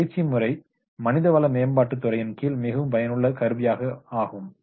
இந்த பயிற்சி முறை மனித வள மேம்பாட்டுத்துறையின் கீழ் மிகவும் பயனுள்ள கருவியாகும்